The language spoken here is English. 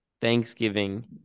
Thanksgiving